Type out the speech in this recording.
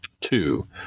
Two